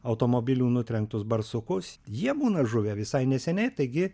automobilių nutrenktus barsukus jie būna žuvę visai neseniai taigi